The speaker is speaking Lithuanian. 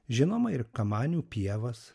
žinoma ir kamanių pievas